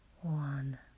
one